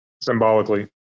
symbolically